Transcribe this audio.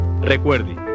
Recuerde